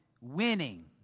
winning